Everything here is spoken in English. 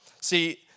See